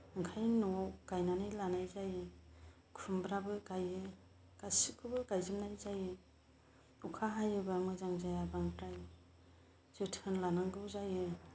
ओंखायनो न'आव गायनानै लानाय जायो खुमब्राबो गायो गासैखौबो गायजोबनाय जायो अखा हायोबा मोजां जायाबा फ्राय जोथोन लानांगौ जायो